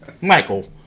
Michael